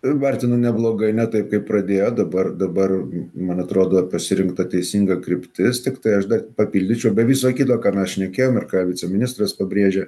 vertinu neblogai ne taip kaip pradėjo dabar dabar man atrodo pasirinkta teisinga kryptis tiktai aš dar papildyčiau be viso kito ką mes šnekėjom ir ką viceministras pabrėžė